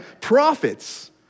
prophets